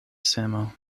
semo